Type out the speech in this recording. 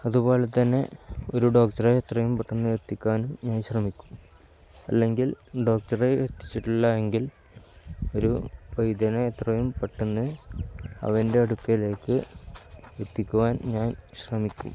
അതുപോലെ തന്നെ ഒരു ഡോക്ടറെ എത്രയും പെട്ടെന്ന് എത്തിക്കാനും ഞാൻ ശ്രമിക്കും അല്ലെങ്കിൽ ഡോക്ടറെ എത്തിച്ചിട്ടില്ല എങ്കിൽ ഒരു വൈദ്യനെ എത്രയും പെട്ടെന്ന് അവൻ്റെ അടുക്കലേക്ക് എത്തിക്കുവാൻ ഞാൻ ശ്രമിക്കും